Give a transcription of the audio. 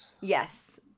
Yes